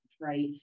right